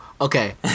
Okay